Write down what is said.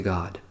God